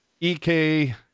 EK